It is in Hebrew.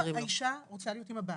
האישה רוצה להיות עם הבעל,